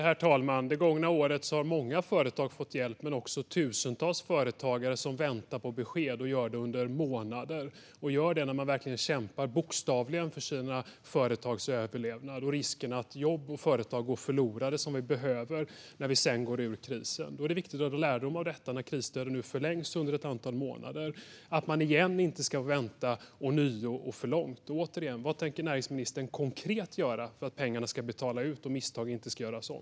Herr talman! Under det gångna året har många företag fått hjälp, men det finns också tusentals företagare som väntar på besked. De har fått göra det under månader samtidigt som de verkligen bokstavligen kämpar för sina företags överlevnad. Risken är att jobb och företag som vi behöver när vi går ur krisen går förlorade. Det är viktigt att dra lärdom av detta när nu krisstöden förlängs under ett antal månader. Man ska inte behöva vänta ånyo och för länge. Vad tänker näringsministern konkret göra för att pengarna ska betalas ut och misstag inte ska göras om?